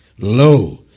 Lo